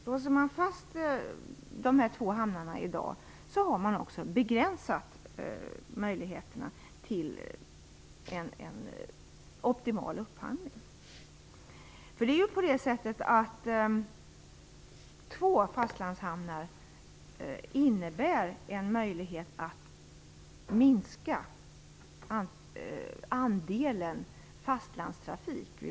Låser man fast de här två hamnarna i dag har man också begränsat möjligheterna till en optimal upphandling. Två fastlandshamnar medför en möjlighet att minska andelen fastlandstrafik.